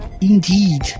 Indeed